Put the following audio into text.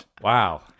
Wow